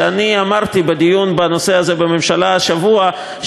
אני אמרתי בדיון בנושא הזה בממשלה השבוע,